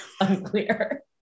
Unclear